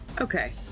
Okay